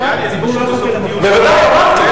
בוודאי, אמרתי.